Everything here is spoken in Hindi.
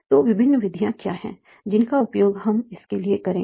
तो विभिन्न विधियाँ क्या हैं जिनका उपयोग हम इसके लिए करेंगे